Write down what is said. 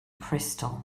crystal